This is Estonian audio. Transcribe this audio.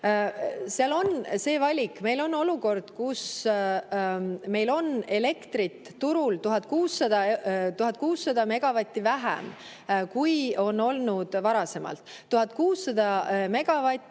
Seal on see valik, meil on olukord, kus meil on elektrit turul 1600 megavatti vähem, kui on olnud varasemalt. 1600 megavatti